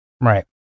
Right